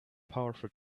powerful